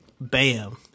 bam